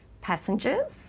passengers